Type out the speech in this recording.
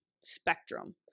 spectrum